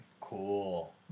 Cool